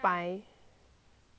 then she don't understand